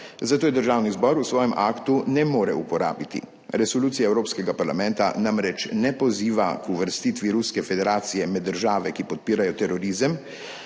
zato je Državni zbor v svojem aktu ne more uporabiti. Resolucija Evropskega parlamenta ne poziva k uvrstitvi Ruske federacije med države, ki podpirajo terorizem,